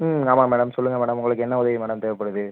ம் ஆமாம் மேடம் சொல்லுங்கள் மேடம் உங்களுக்கு என்ன உதவி மேடம் தேவைப்படுது